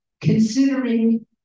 considering